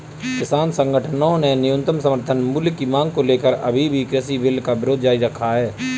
किसान संगठनों ने न्यूनतम समर्थन मूल्य की मांग को लेकर अभी भी कृषि बिल का विरोध जारी रखा है